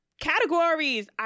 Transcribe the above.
Categories